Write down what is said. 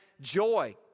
joy